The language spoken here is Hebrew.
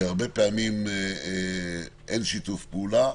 והרבה פעמים אין שיתוף פעולה,